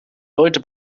leute